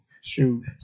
Shoot